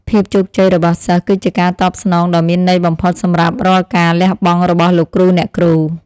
ភាពជោគជ័យរបស់សិស្សគឺជាការតបស្នងដ៏មានន័យបំផុតសម្រាប់រាល់ការលះបង់របស់លោកគ្រូអ្នកគ្រូ។